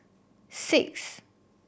six